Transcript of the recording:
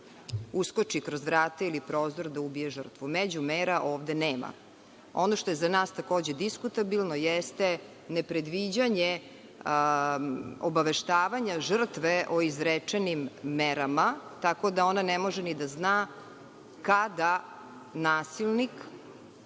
uskoči kroz vrata ili prozor i da ubije žrtvu. Međumera ovde nema. Ono što je za nas takođe diskutabilno jeste ne predviđanje obaveštavanja žrtve o izrečenim merama, tako da ona ne može ni da zna kada nasilnik